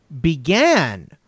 began